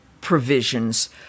provisions